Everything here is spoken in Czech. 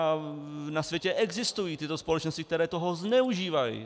A na světě existují tyto společnosti, které toho zneužívají.